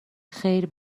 خیر